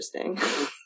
interesting